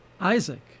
Isaac